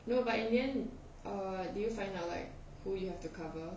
no but in the end uh did you find out like who you have to cover